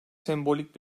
sembolik